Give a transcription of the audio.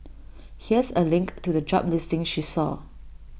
here's A link to the job listing she saw